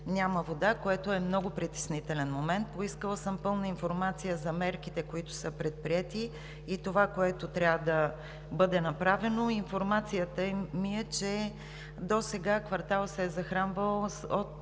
няма вода, което е много притеснителен момент. Поискала съм пълна информация за мерките, които са предприети и това, което трябва да бъде направено. Информацията ми е, че досега кварталът се е захранвал от